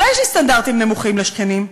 אולי יש לי סטנדרטים נמוכים לשכנים,